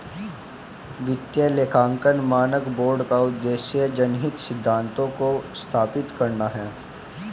वित्तीय लेखांकन मानक बोर्ड का उद्देश्य जनहित सिद्धांतों को स्थापित करना है